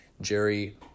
Jerry